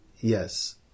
Yes